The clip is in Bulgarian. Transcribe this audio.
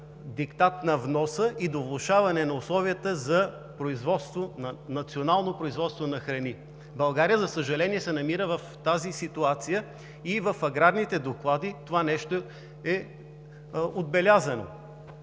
диктат на вноса и до влошаване на условията за национално производство на храни. България, за съжаление, се намира в тази ситуация и в аграрните доклади това нещо е отбелязано.